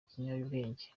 ikiyobyabwenge